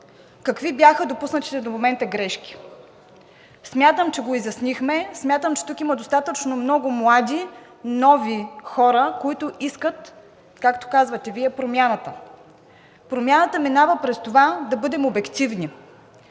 какви бяха допуснатите до момента грешки. Смятам, че го изяснихме. Смятам, че тук има достатъчно много млади, нови хора, които искат, както казвате Вие, промяната. Промяната минава през това да бъдем обективни.